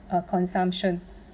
a consumption